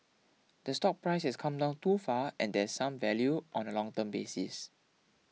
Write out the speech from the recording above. the stock prices come down too far and there's some value on a long term basis